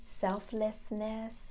selflessness